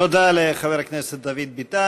תודה לחבר הכנסת דוד ביטן.